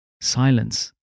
Silence